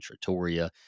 Trattoria